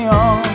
on